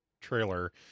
trailer